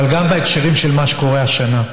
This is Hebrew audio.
אבל גם בהקשר של מה שקורה השנה.